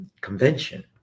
convention